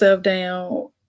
down